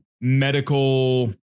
medical